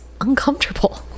uncomfortable